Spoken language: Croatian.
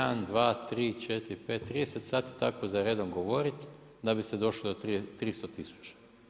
1, 2, 3, 4, 5, 30 sati tako za redom govoriti, da bi ste došli do 300 tisuća.